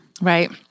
Right